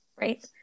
right